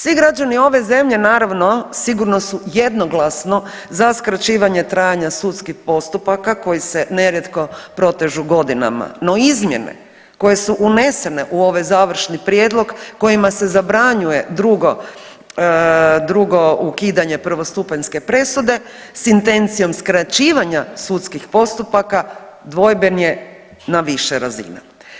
Svi građani ove zemlje naravno sigurno su jednoglasno za skraćivanje trajanja sudskih postupaka koji se nerijetko protežu godinama, no izmjene koje su unesene u ovaj završni prijedlog kojima se zabranjuje drugo, drugo ukidanje prvostupanjske presude s intencijom skraćivanja sudskih postupaka dvojben je na više razina.